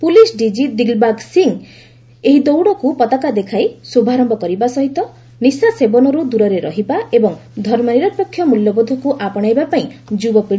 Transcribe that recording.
police DG Dilbag Singh ଏହି ଦୌଡ଼କୁ ପତାକା ଦେଖାଇ ଶୁଭାରମ୍ଭ କରିବା ସହିତ ନିଶାସେବନରୁ ଦୂରରେ ରହିବା ଏବଂ ଧର୍ମ ନିରପେକ୍ଷ ମୂଲ୍ୟବୋଧକୁ ଆପଣାଇବାପାଇଁ ଯୁବାପିଢ଼ିକୁ ପରାମର୍ଶ ଦେଇଥିଲେ